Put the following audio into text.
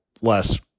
less